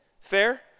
Fair